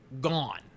gone